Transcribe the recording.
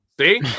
See